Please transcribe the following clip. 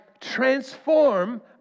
transform